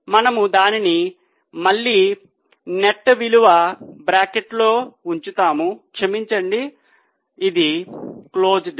కాబట్టి మనము దాన్ని మళ్ళీ నెట్ విలువ బ్రాకెట్లో ఉంచుతాము క్షమించండి అది క్లోజ్డ్